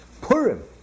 Purim